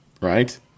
right